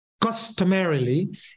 customarily